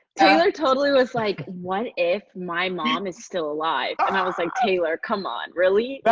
taylor totally was like what if my mom is still alive? and i was like taylor, come on. really? but